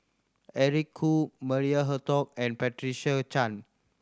Eric Khoo Maria Hertogh and Patricia Chan